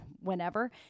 whenever